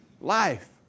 life